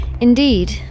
Indeed